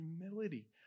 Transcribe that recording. humility